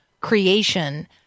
creation